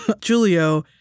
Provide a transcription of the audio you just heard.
Julio